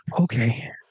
Okay